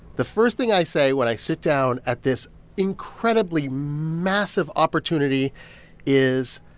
the first thing i say when i sit down at this incredibly massive opportunity is,